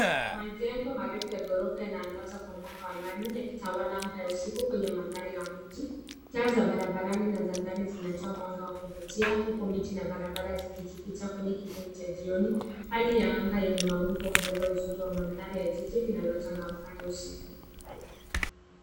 Majengo marefu ya ghorofa yanaangaza kwa mwanga wa ndani yakitawala anga ya usiku kwenye mandhari ya mji. Taa za barabarani na za ndani zinatoa mwanga wa kuvutia huku miti na barabara zikijificha kwenye kivuli cha jioni. Hali ya anga yenye mawingu huongeza uzuri wa mandhari ya jiji linalochangamka hata usiku.